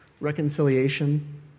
reconciliation